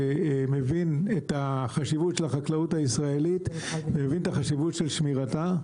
שמבין את החשיבות של החקלאות הישראלית ומבין את החשיבות של שמירתה,